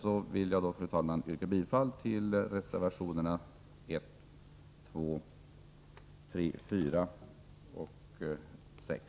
Med detta ber jag att få yrka bifall till reservationerna 1,2, 3,4 och 6.